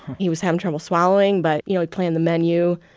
he was having trouble swallowing, but, you know, he planned the menu.